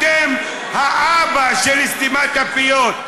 אתם האבא של סתימת הפיות.